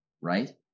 right